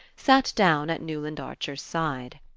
sat down at newland archer's side.